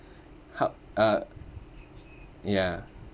h~ uh ya